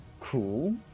cool